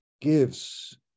gives